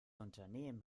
unternehmen